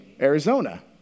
Arizona